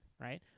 right